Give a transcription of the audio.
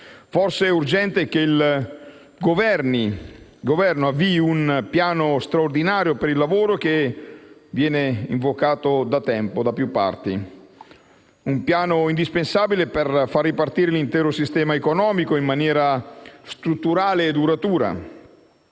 Forse è urgente che il Governo avvii un piano straordinario per il lavoro che viene invocato da tempo da più parti, indispensabile per far ripartire l'intero sistema economico in maniera strutturale e duratura.